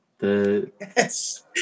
Yes